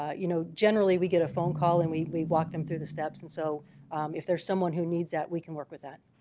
you know generally we get a phone call and we we walk them through the steps and so if there's someone who needs that we can work with that